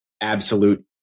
absolute